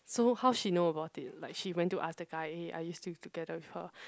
so how she know about it like she went to ask the guy eh are you still together with her